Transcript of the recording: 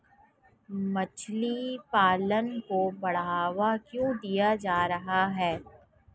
मछली पालन को बढ़ावा क्यों दिया जा रहा है?